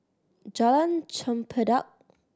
Jalan Chempedak